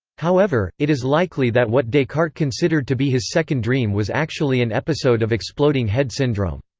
however, it is likely that what descartes considered to be his second dream was actually an episode of exploding head syndrome.